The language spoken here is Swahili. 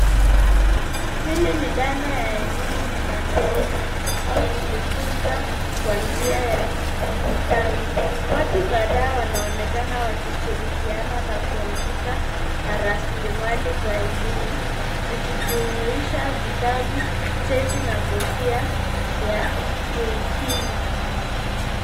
Hili ni dhana ya elimu ya mtandaoni au kujifunza kwa njia ya kidijitali. Watu kadhaa wanaonekana wakishirikiana na kompyuta na raslimali za elimu zikojumuisha kitabu, cheti na kofia ya kuhitimu.